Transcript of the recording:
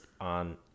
on